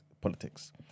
politics